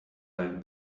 like